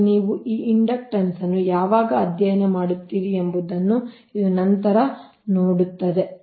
ಮತ್ತು ನೀವು ಈ ಇಂಡಕ್ಟನ್ಸ್ ಅನ್ನು ಯಾವಾಗ ಅಧ್ಯಯನ ಮಾಡುತ್ತೀರಿ ಎಂಬುದನ್ನು ಇದು ನಂತರ ನೋಡುತ್ತದೆ